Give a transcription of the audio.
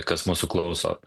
kas mūsų klauso